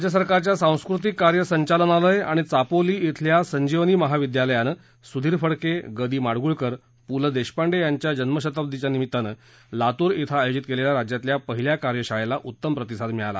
राज्य सरकारच्या सांस्कृतिक कार्य संचालनालय आणि चापोली शिल्या संजीवनी महाविद्यालयानं सुधीर फडके ग दी माडगुळकर पु ल देशपांडे यांच्या जन्मशताब्दीच्या निमित्तानं लातूर धिं आयोजित केलेल्या राज्यातील पहिल्या कार्यशाळेला उत्तम प्रतिसाद मिळाला